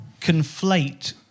conflate